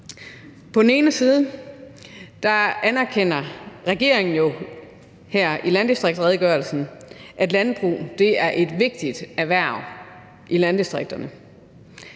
På den ene side anerkender regeringen jo her i landdistriktsredegørelsen, at landbruget er et vigtigt erhverv i landdistrikterne,